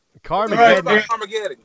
Carmageddon